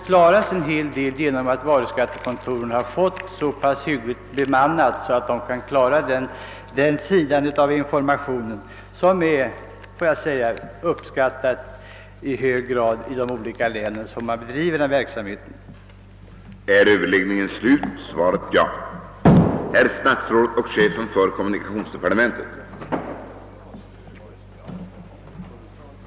Tack vare att varuskattekontoren blivit hyggligt bemannade har de kunnat ge åtskillig information, och denna uppskattas i hög grad i de län där sådan verksamhet bedrivs.